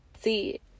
See